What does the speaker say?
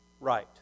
right